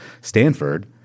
Stanford